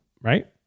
right